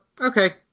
okay